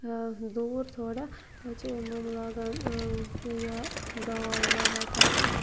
دوٗر تھوڑا تَتہِ چھِ یِم یِم لاگان یا دال وَوان تَتہِ